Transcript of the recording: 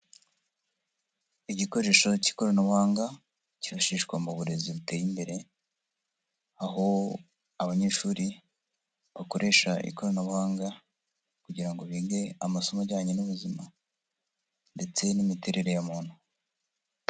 Igikoresho cy'ikoranabuhanga, kifashishwa mu burezi buteye imbere, aho abanyeshuri bakoresha ikoranabuhanga kugira ngo bige amasomo ajyanye n'ubuzima ndetse n'imiterere ya muntu.